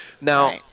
Now